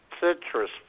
citrus